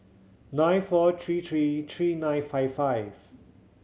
nine four three three three nine five five